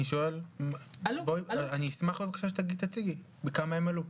אני אשמח בבקשה שתציגי בכמה הם עלו,